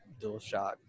DualShock